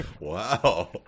Wow